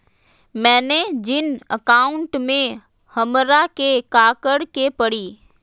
मैंने जिन अकाउंट में हमरा के काकड़ के परी?